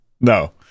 no